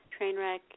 Trainwreck